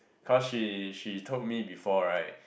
cause she she told me before right